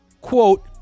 quote